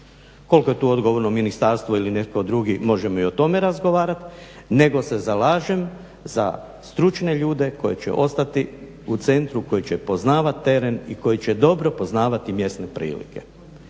koliko je tu odgovorno ministarstvo ili netko drugi, možemo i o tome razgovarat nego se zalažem za stručne ljude koji će ostati u centru koji će poznavat teren i koji će dobro poznavati mjesne prilike.